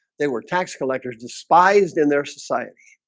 they were tax collectors despised in their society